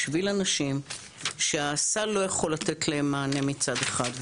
בשביל אנשים שהסל לא יכול לתת להם מענה מצד אחד,